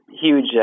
huge